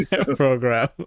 program